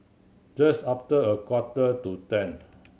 just after a quarter to ten